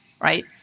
Right